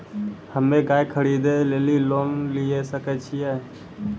हम्मे गाय खरीदे लेली लोन लिये सकय छियै?